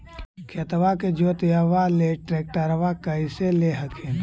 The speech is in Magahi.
खेतबा के जोतयबा ले ट्रैक्टरबा कैसे ले हखिन?